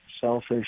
selfish